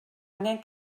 angen